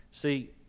See